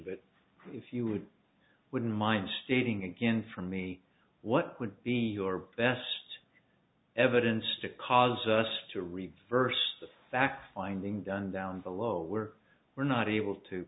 that if you would wouldn't mind stating again for me what would be your best evidence to cause us to reverse fact finding done down below where we're not able to